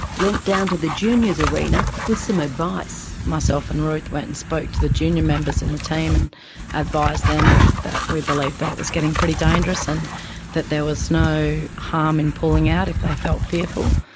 went down to the juniors arena with some advice. myself and ruth went and spoke to the junior members in the team and advised them that we believed that it was getting pretty dangerous and that there was no harm in pulling out if they felt fearful,